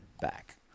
back